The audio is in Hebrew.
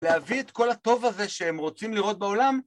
להביא את כל הטוב הזה שהם רוצים לראות בעולם